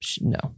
No